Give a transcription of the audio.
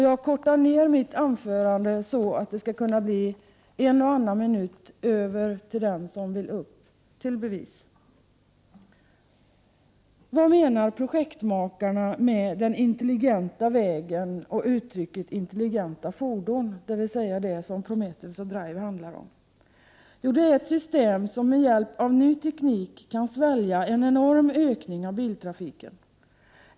Jag kortar ner mitt anförande så att det skall bli en och annan minut över till den som vill upp till bevis. Vad menar projektmakarna med ”den intelligenta vägen” och ”intelligenta fordon”, dvs. det som Prometheus och DRIVE handlar om? Jo, det är ett system som med hjälp av ny teknik kan svälja en enorm ökning av biltrafiken.